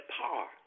park